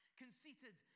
conceited